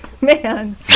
man